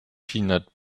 peanut